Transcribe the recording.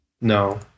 No